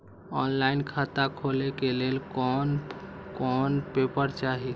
Online खाता खोले के लेल कोन कोन पेपर चाही?